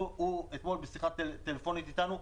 אתמול בשיחה טלפונית איתנו,